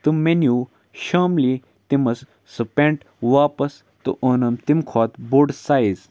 تہٕ مےٚ نیوٗ شاملی تٔمِس سُہ پٮ۪نٛٹ واپَس تہٕ اوٚنُم تَمہِ کھۄتہٕ بوٚڑ سایز